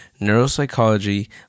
neuropsychology